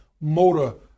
motor